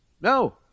no